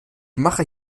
mache